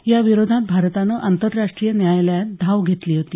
या विरोधात भारतानं आंतरराष्ट्रीय न्यायालयात धाव घेतली होती